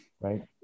right